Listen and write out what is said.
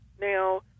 now